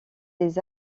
tes